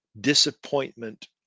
disappointment